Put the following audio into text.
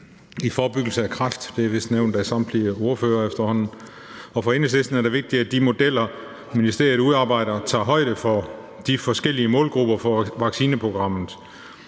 forebyggelse af kræft. Det er vist nævnt af samtlige ordførere efterhånden. For Enhedslisten er det vigtigt, at de modeller, ministeriet udarbejder, tager højde for de forskellige målgrupper for vaccineprogrammet.